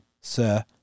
sir